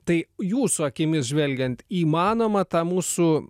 tai jūsų akimis žvelgiant įmanoma tą mūsų